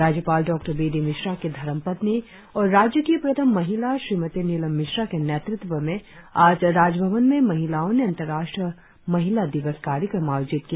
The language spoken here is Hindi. राज्यपाल डॉ बी डी मिश्रा की धर्मपत्नी और राज्य की प्रथम महिला श्रीमती नीलम मिश्रा के नेतृत्व में आज राजभवन में राजभवन की महिलाओं ने अंतर्राष्ट्रीय महिला दिवस कार्यक्रम आयोजित किया